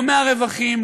לא מהרווחים,